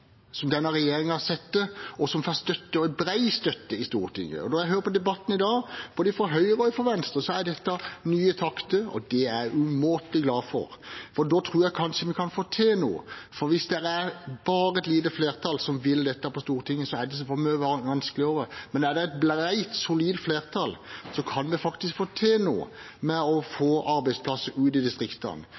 som denne regjeringen setter, og som får støtte – bred støtte – i Stortinget. Det jeg har hørt i debatten i dag, både fra Høyre og fra Venstre, er nye takter, og det er jeg umåtelig glad for, for da tror jeg kanskje vi kan få til noe. Hvis det er bare et lite flertall som vil dette på Stortinget, er det så mye vanskeligere, men der det er et bredt, solid flertall, kan en faktisk få til noe med å få arbeidsplasser ut til distriktene.